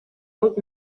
old